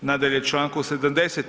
Nadalje, čl. 70.